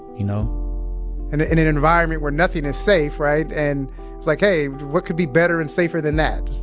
you know and in an environment where nothing is safe, right, and it's like, hey, what could be better and safer than that?